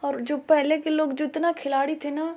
और जो पहले के लोग जेतना खिलाड़ी थे न